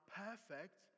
perfect